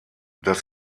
das